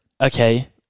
okay